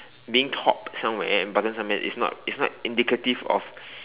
being top somewhere but doesn't mean is not is not indicative of